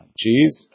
cheese